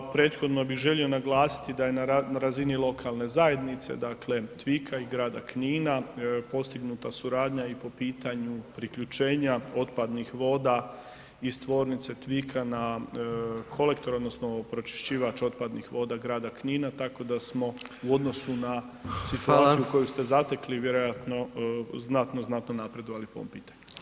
Prethodno bi želio naglasiti da je na razini lokalne zajednice, dakle TVIK-a i grada Knina postignuta suradnja i po pitanju priključenja otpadnih voda iz tvornice TVIK-a na kolektor odnosno pročišćivač otpadnih voda grada Knina, tako da smo u odnosu na [[Upadica: Hvala]] situaciju koju ste zatekli vjerojatno znatno, znatno napredovali po ovom pitanju.